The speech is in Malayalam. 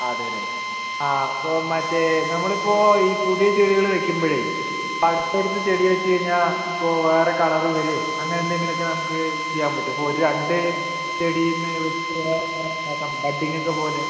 അതെയല്ലേ ആ അപ്പോൾ മറ്റേ നമ്മളിപ്പോൾ ഈ പുതിയ ചെടികൾ വയ്ക്കുമ്പോഴേ അടുത്തടുത്ത് ചെടി വച്ച് കഴിഞ്ഞാൽ ഇപ്പോൾ വേറെ കളറ് വരിക അങ്ങനെ എന്തെങ്കിലുമൊക്കെ നമുക്ക് ചെയ്യാൻ പറ്റുമോ ഇപ്പോൾ രണ്ട് ചെടിയിൽ നിന്ന് ബഡ്ഡിങ്ങൊക്കെ പോലെ